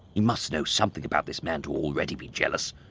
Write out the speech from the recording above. he must know something about this man to already be jealous.